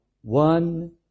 one